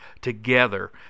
together